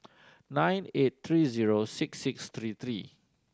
nine eight three zero six six three three